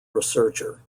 researcher